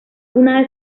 una